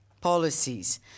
policies